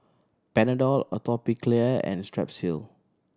Panadol Atopiclair and Strepsil